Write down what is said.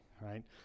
right